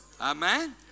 Amen